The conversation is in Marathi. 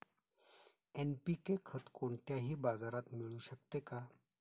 एन.पी.के खत कोणत्याही बाजारात मिळू शकते का?